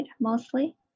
mostly